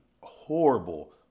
horrible